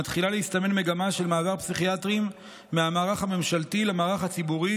מתחילה להסתמן מגמה של מעבר פסיכיאטרים מהמערך הממשלתי למערך הציבורי,